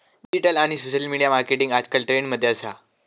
digital आणि social media marketing आजकल trend मध्ये असा